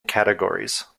categories